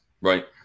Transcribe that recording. Right